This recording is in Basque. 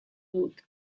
dut